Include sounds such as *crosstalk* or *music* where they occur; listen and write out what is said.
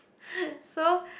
*breath* so